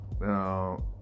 Now